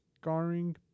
scarring